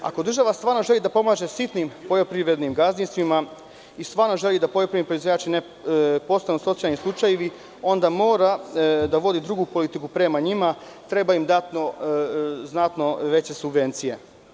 Ako država stvarno želi da pomaže sitnim poljoprivrednim gazdinstvima i stvarno želi da poljoprivredni proizvođači ne postanu socijalni slučajevi, onda mora da vodi drugu politiku prema njima, treba im dati znatno veće subvencije.